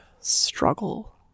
struggle